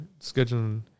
scheduling